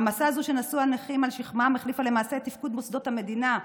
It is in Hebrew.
מעמסה זו שנשאו הנכים על שכמם החליפה למעשה את תפקוד מוסדות המדינה,